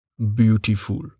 Beautiful